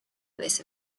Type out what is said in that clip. this